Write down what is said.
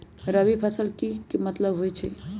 रबी फसल के की मतलब होई छई?